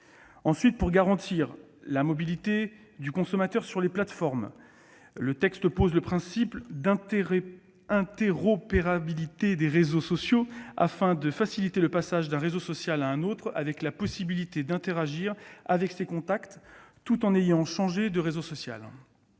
Ensuite, pour garantir la mobilité du consommateur sur les plateformes, le texte pose le principe d'interopérabilité des réseaux sociaux, afin de faciliter le passage d'un réseau social à un autre avec la possibilité d'interagir avec ses contacts tout en ayant changé de réseau social.